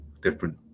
different